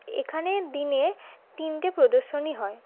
এখানে দিনে তিনটে প্রদর্শনী হয়